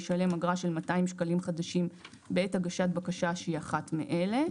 ישלם אגרה של 200 שקלים חדשים בעת הגשת בקשה שהיא אחת מאלה".